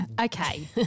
Okay